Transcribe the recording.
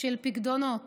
של פיקדונות